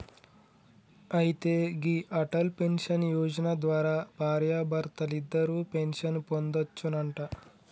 అయితే గీ అటల్ పెన్షన్ యోజన ద్వారా భార్యాభర్తలిద్దరూ పెన్షన్ పొందొచ్చునంట